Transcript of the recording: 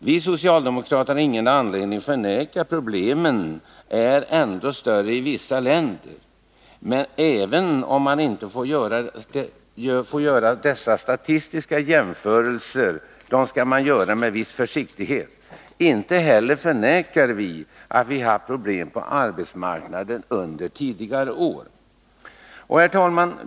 Vi socialdemokrater har ingen anledning förneka att problemen är ännu större i vissa andra länder — även om man får göra dessa statistiska jämförelser med viss försiktighet. Inte heller förnekar vi att vi haft problem på arbetsmarknaden under tidigare år.